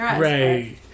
Right